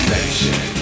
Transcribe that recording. Nation